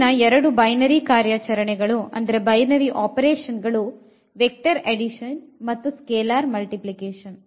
ಇಲ್ಲಿ ಎರೆಡು ಬೈನರಿ ಕಾರ್ಯಾಚರಣೆಗಳು ವೆಕ್ಟರ್ ಅಡ್ಡಿಷನ್ ಮತ್ತು ಸ್ಕ್ಯಾಲರ್ ಮಲ್ಟಿಪ್ಲಿಕೇಷನ್